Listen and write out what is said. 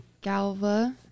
Galva